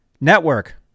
network